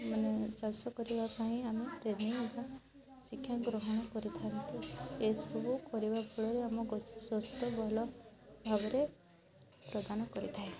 ମାନେ ଚାଷ କରିବା ପାଇଁ ଆମେ ଟ୍ରେନିଙ୍ଗ୍ ବା ଶିକ୍ଷା ଗ୍ରହଣ କରିଥାନ୍ତୁ ଏସବୁ କରିବା ଫଳରେ ଆମ ସ୍ଵାସ୍ଥ୍ୟ ଭଲ ଭାବରେ ପ୍ରଦାନ କରିଥାଏ